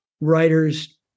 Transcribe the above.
writers